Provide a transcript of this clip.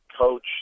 coach